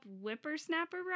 Whippersnapper